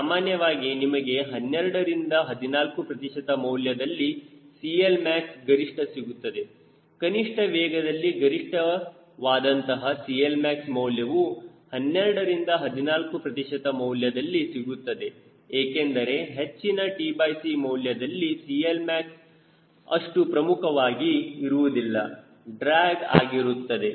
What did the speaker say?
ಸಾಮಾನ್ಯವಾಗಿ ನಿಮಗೆ 12ರಿಂದ 14 ಪ್ರತಿಶತ ಮೌಲ್ಯದಲ್ಲಿ CLmax ಗರಿಷ್ಠ ಸಿಗುತ್ತದೆ ಕನಿಷ್ಠ ವೇಗದಲ್ಲಿ ಗರಿಷ್ಠವಾದಂತಹ CLmax ಮೌಲ್ಯವು 12ರಿಂದ 14 ಪ್ರತಿಶತ ಮೌಲ್ಯದಲ್ಲಿ ಸಿಗುತ್ತದೆ ಏಕೆಂದರೆ ಹೆಚ್ಚಿನ tc ಮೌಲ್ಯದಲ್ಲಿ CLmax ಅಷ್ಟು ಪ್ರಮುಖವಾಗಿ ಇರುವುದಿಲ್ಲ ಡ್ರ್ಯಾಗ್ ಆಗಿರುತ್ತದೆ